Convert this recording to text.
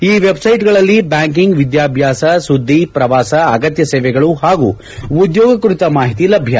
ಈ ವೆಬ್ಸೈಟ್ಗಳಲ್ಲಿ ಬ್ಲಾಂಕಿಂಗ್ ವಿದ್ಲಾಭ್ನಾಸ ಸುದ್ದಿ ಪ್ರವಾಸ ಅಗತ್ಯ ಸೇವೆಗಳು ಹಾಗೂ ಉದ್ಯೋಗ ಕುರಿತ ಮಾಹಿತಿ ಲಭ್ಯ